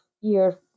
year